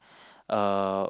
uh